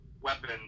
weapon